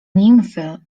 nimfy